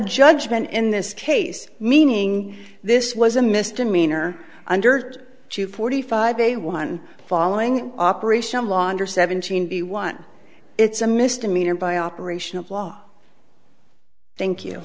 judgement in this case meaning this was a misdemeanor under two forty five a one following operation law under seventeen b one it's a misdemeanor by operation of law thank you